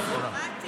לא, לא אמרת.